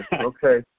Okay